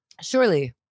Surely